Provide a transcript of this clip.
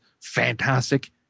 fantastic